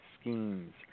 schemes